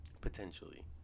potentially